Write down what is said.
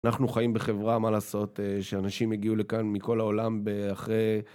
אנחנו חיים בחברה, מה לעשות? שאנשים הגיעו לכאן מכל העולם אחרי...